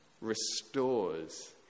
restores